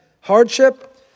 hardship